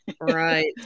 Right